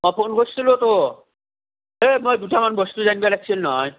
অ' phone কৰিছিলোঁতো এ মই দুটামান বস্তু জানিব লাগিছিল নহয়